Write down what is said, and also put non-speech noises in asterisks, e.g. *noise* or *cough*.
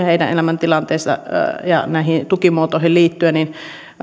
*unintelligible* heidän elämäntilanteeseensa ja näihin tukimuotoihin liittyen